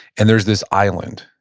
and there's this island,